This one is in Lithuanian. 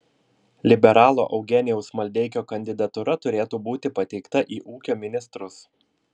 liberalo eugenijaus maldeikio kandidatūra turėtų būti pateikta į ūkio ministrus